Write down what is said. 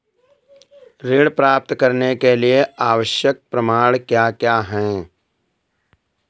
ऋण प्राप्त करने के लिए आवश्यक प्रमाण क्या क्या हैं?